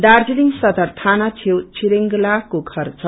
दार्जीलिङ सदर थाना छेउ छिरिङलाको घर छ